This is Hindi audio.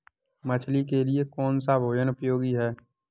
मछली के लिए कौन सा भोजन उपयोगी है?